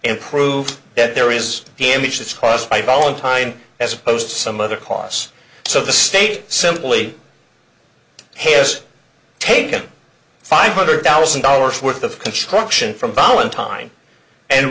and prove that there is damage caused by valentine as opposed to some other costs so the state simply has taken five hundred thousand dollars worth of construction from valentine and